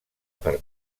per